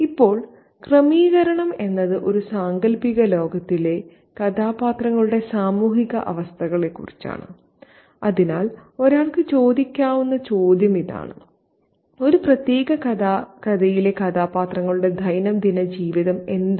ഇപ്പോൾ ക്രമീകരണം എന്നത് ഒരു സാങ്കൽപ്പിക ലോകത്തിലെ കഥാപാത്രങ്ങളുടെ സാമൂഹിക അവസ്ഥകളെക്കുറിച്ചാണ് അതിനാൽ ഒരാൾക്ക് ചോദിക്കാവുന്ന ചോദ്യം ഇതാണ് ഒരു പ്രത്യേക കഥയിലെ കഥാപാത്രങ്ങളുടെ ദൈനംദിന ജീവിതം എന്താണ്